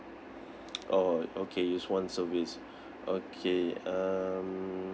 orh okay use one service okay um